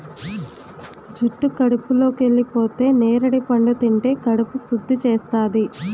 జుట్టు కడుపులోకెళిపోతే నేరడి పండు తింటే కడుపు సుద్ధి చేస్తాది